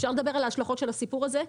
אפשר לדבר על ההשלכות של הסיפור הזה,